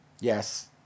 Yes